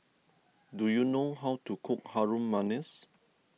do you know how to cook Harum Manis